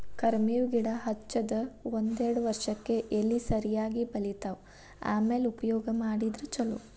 ಕರ್ಮೇವ್ ಗಿಡಾ ಹಚ್ಚದ ಒಂದ್ಯಾರ್ಡ್ ವರ್ಷಕ್ಕೆ ಎಲಿ ಸರಿಯಾಗಿ ಬಲಿತಾವ ಆಮ್ಯಾಲ ಉಪಯೋಗ ಮಾಡಿದ್ರ ಛಲೋ